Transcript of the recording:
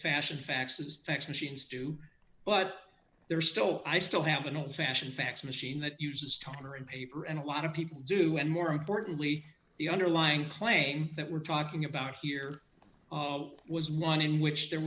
fashioned faxes fax machines do but they're still i still have an old fashioned fax machine that uses talker and paper and a lot of people do and more importantly the underlying claim that we're talking about here was one in which there